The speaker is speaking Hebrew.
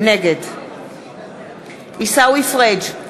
נגד עיסאווי פריג'